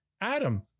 Adam